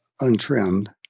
untrimmed